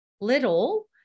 little